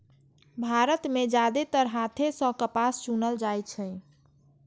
भारत मे जादेतर हाथे सं कपास चुनल जाइ छै